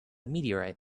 meteorite